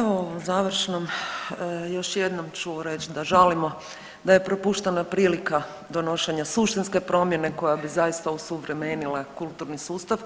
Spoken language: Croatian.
Evo u ovom završnom još jednom ću reći da žalimo da je propuštena prilika donošenja suštinske promjene koja bi zaista osuvremenile kulturni sustav